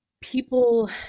people